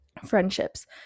friendships